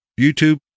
YouTube